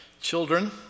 Children